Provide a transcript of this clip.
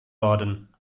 worden